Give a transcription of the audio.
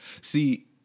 See